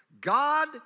God